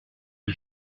des